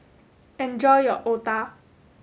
enjoy your otah